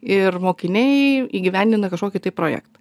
ir mokiniai įgyvendina kažkokį tai projektą